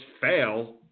fail